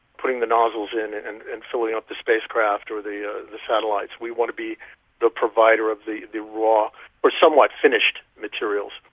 putting the nozzles in and and filling up the spacecraft or the ah the satellites. we want to be the provider of the the raw or somewhat finished materials.